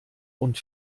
und